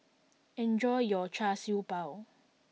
enjoy your Char Siew B ao